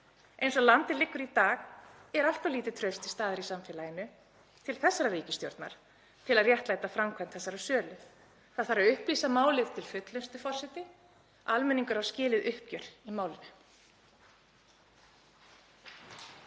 Eins og landið liggur í dag er allt of lítið traust til staðar í samfélaginu til þessarar ríkisstjórnar til að réttlæta framkvæmd þessarar sölu. Það þarf að upplýsa málið til fullnustu. Forseti. Almenningur á skilið uppgjör í málinu.